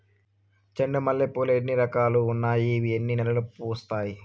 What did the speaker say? చెండు మల్లె పూలు లో ఎన్ని రకాలు ఉన్నాయి ఇవి ఎన్ని నెలలు పూస్తాయి